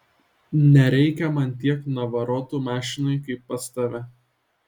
nereikia man tiek navarotų mašinoj kaip pas tave